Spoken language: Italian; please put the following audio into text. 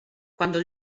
quando